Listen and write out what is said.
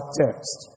text